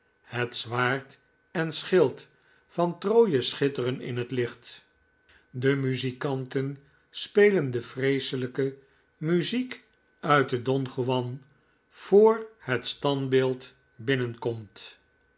het zwaard en schild van troje schitteren in het licht de muzikanten spelen de vreeselijke muziek uit den don juan voor het standbeeld binnenkomt